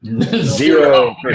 Zero